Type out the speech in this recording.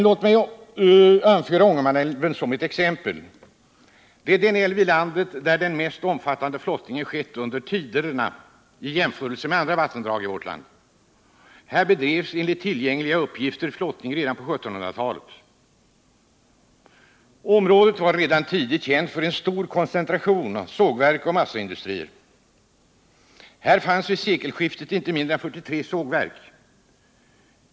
Låt mig anföra Ångermanälven som ett exempel. Jämfört med andra vattendrag i vårt land är Ångermanälven den älv där den mest omfattande flottningen skett. Där bedrevs enligt tillgängliga uppgifter flottning redan på 1700-talet. Området var redan tidigt känt för en stor koncentration av sågverk och massaindustrier. Där fanns vid sekelskiftet inte mindre än 43 sågverk.